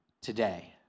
today